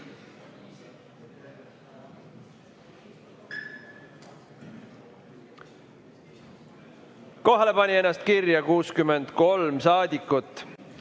Kohalolijaks pani ennast kirja 63 saadikut.